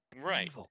Right